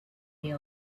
the